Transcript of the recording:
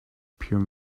pure